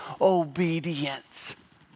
Obedience